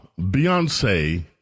Beyonce